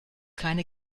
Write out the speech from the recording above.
keine